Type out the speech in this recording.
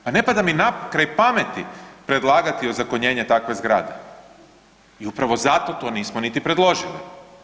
Pa ne pada mi na kraj pameti predlagati ozakonjenje takve zgrade i upravo zato to nismo niti predložili.